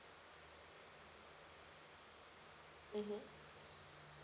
mmhmm